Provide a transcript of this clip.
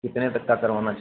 कितने तक का करवाना चाह रहें